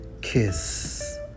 kiss